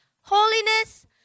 Holiness